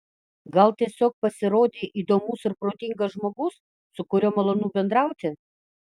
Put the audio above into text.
gal tiesiog pasirodei įdomus ir protingas žmogus su kuriuo malonu bendrauti